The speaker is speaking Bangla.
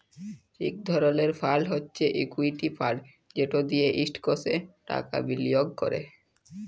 ইক ধরলের ফাল্ড হছে ইকুইটি ফাল্ড যেট দিঁয়ে ইস্টকসে টাকা বিলিয়গ ক্যরে